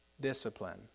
discipline